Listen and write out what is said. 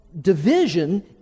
division